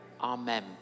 Amen